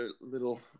little